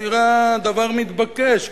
הדבר מתבקש.